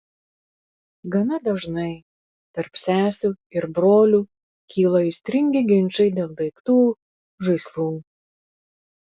gana dažnai tarp sesių ir brolių kyla aistringi ginčai dėl daiktų žaislų